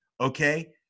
okay